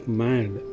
mad